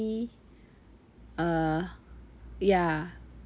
uh ya